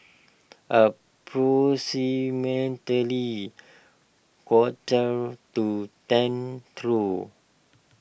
approximately quarter to ten through